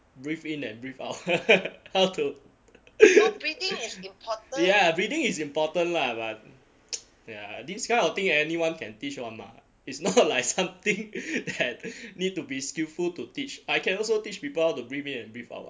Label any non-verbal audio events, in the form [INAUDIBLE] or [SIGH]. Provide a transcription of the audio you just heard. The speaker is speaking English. breathe in and breathe out [LAUGHS] how to [LAUGHS] ya breathing is important lah but [NOISE] ya this kind of thing anyone can teach [one] mah it's not like something that need to be skilful to teach I can also teach people how to breathe in and breathe out [what]